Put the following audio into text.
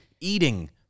Eating